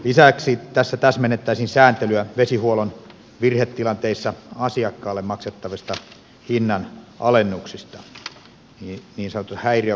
lisäksi tässä täsmennettäisiin sääntelyä vesihuollon virhetilanteissa asiakkaalle maksettavista hinnanalennuksista niin sanotuista häiriökorvauksista